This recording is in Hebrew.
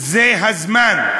זה הזמן.